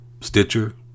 Stitcher